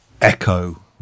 echo